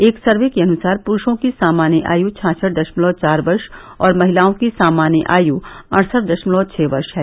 एक सर्वे के अनुसार पुरूषों के सामान्य आय् छाछठ दशमलव चार वर्ष और महिलाओं की सामान्य आय् अड़सठ दशमलव छः वर्ष है